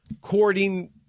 courting